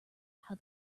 how